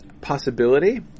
possibility